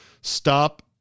stop